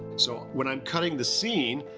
so when i'm cutting the scene,